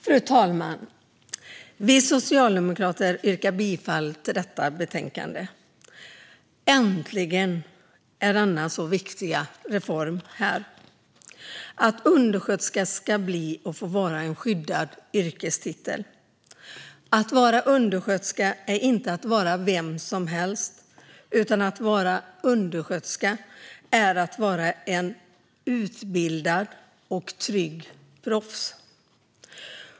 Fru talman! Vi socialdemokrater yrkar bifall till förslaget i betänkandet. Äntligen är denna så viktiga reform här! Undersköterska ska bli och få vara en skyddad yrkestitel. Att vara undersköterska är inte att vara vem som helst, utan att vara undersköterska är att vara ett utbildat och tryggt proffs.